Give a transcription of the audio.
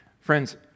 Friends